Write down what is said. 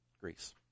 Greece